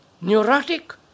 neurotic